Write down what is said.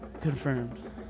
confirmed